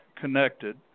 connected